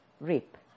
rape